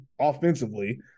offensively